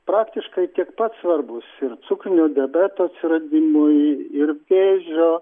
praktiškai tiek pat svarbūs ir cukrinio diabeto atsiradimui ir vėžio